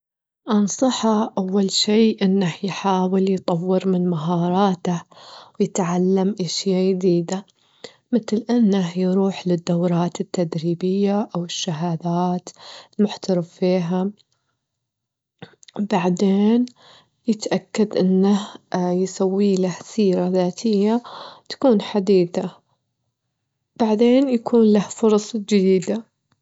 أنصحه أول شي إنه يحاول يطور من مهاراته، ويتعلم أشياء جديدة، متل أنه يروح للدورات التدريبية أو الشهادات محترفيها، بعدبن يتأكد أنه يسوي له سيرة ذاتية تكون حديتة، بعدين يكون له فرص جديدة.